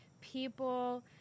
people